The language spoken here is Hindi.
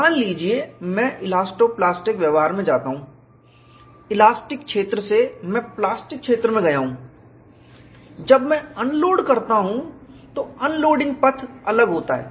मान लीजिए कि मैं इलास्टो प्लास्टिक व्यवहार में जाता हूं इलास्टिक क्षेत्र से मैं प्लास्टिक क्षेत्र में गया हूं जब मैं अनलोड करता हूँ तो अनलोडिंग पथ अलग होता है